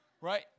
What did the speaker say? Right